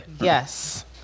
Yes